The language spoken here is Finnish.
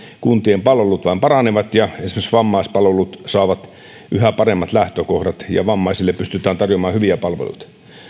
kuntien palvelut vain paranevat ja esimerkiksi vammaispalvelut saavat yhä paremmat lähtökohdat ja vammaisille pystytään tarjoamaan hyviä palveluita